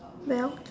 melt